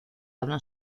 hablan